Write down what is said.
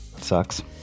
sucks